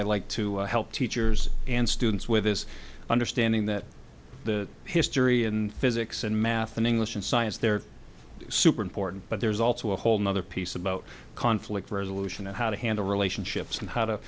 i like to help teachers and students with is understanding that the history in physics and math and english and science they're super important but there's also a whole nother piece about conflict resolution and how to handle relationships and how to